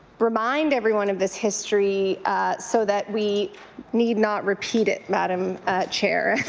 remind everyone of this history so that we need not repeat it, madam chair.